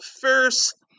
first